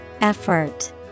Effort